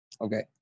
Okay